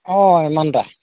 অঁ ইমানটা